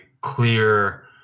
clear